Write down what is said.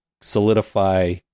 solidify